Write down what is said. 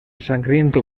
sangriento